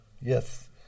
Yes